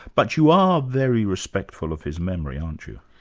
but you are very respectful of his memory, aren't you?